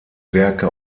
werke